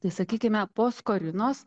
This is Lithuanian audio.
tai sakykime po skorinos